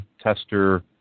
tester